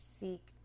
seek